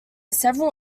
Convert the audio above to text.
several